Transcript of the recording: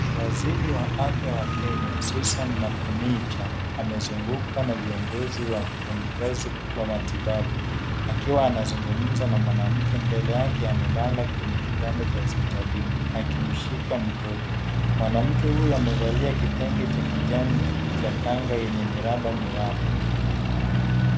Waziri wa afya wa Kenya, Suzan Nakhumicha, amezungukwa na viongozi wa wafanyikazi wa matibabu, akiwa anazungumza na mwanamke mbele yake amelala kwenye kitanda cha hospitalini, akimshika mtoto. Mwanamke huyu amevalia kitenge cha kijani cha kanga yenye mirabamiraba.